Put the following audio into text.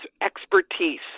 expertise